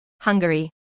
Hungary